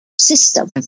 system